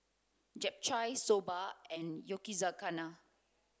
Japchae Soba and Yakizakana